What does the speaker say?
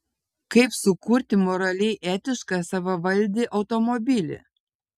kaip sukurti moraliai etišką savavaldį automobilį